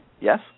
Yes